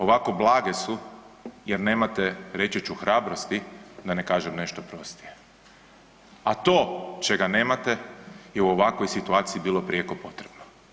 Ovako blage su jer nemate reći ću hrabrosti da ne kažem nešto prostije, a to čega nemate je u ovakvoj situaciji bilo prijeko potrebno.